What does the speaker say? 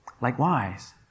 Likewise